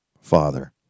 Father